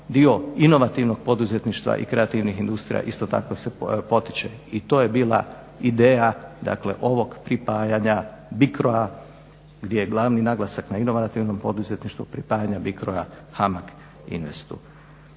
Dio inovativnog poduzetništva i kreativnih industrija isto tako se potiče. I to je bila ideja ovog pripajanja BICRO-a gdje je glavni naglasak na inovativnom poduzetništvu pripajanja BICRO-a HAMAG INVEST-u.